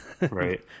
right